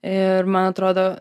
ir man atrodo